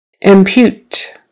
Impute